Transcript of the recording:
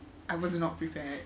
I was not prepared